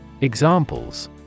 Examples